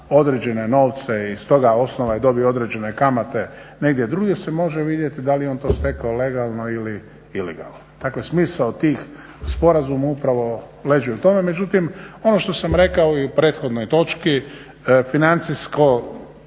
određene novce i s toga osnova je dobio određene kamate negdje drugdje se može vidjeti da li je on to stekao legalno ili ilegalno. Dakle, smisao tih sporazuma upravo leži u tome. Međutim, ono što sam rekao i u prethodnoj točki dakle financije